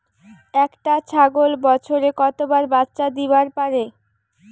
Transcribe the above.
একটা ছাগল বছরে কতবার বাচ্চা দিবার পারে?